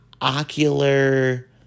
ocular